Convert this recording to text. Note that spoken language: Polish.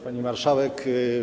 Pani Marszałek!